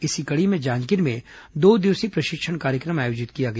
इसी कड़ी में जांजगीर में दो दिवसीय प्रशिक्षण कार्यक्रम आयोजित किया गया